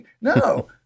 No